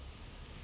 like